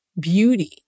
beauty